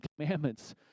Commandments